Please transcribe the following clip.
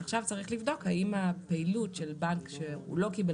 עכשיו צריך לבדוק האם הפעילות של בנק שהוא לא קיבל